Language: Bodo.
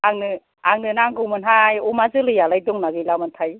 आंनो नांगौमोनहाय अमा जोलै आलाय दंना गैलामोनथाय